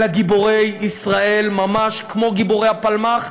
אלא גיבורי ישראל ממש כמו גיבורי הפלמ"ח,